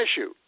issue